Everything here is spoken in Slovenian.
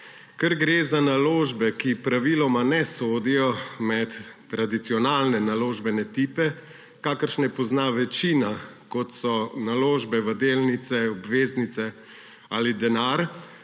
Ker gre za naložbe, ki praviloma ne sodijo med tradicionalne naložbene tipe, kakršne pozna večina, kot so naložbe v delnice, obveznice ali denar,